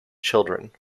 children